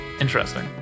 Interesting